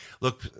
look